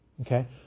Okay